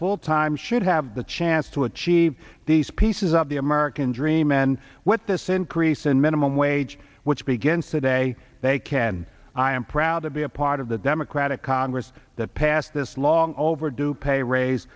full time should have the chance to achieve these pieces of the american dream and what this increase in minimum wage which begins today they can i am proud to be a part of the democratic congress that passed this long overdue pay raise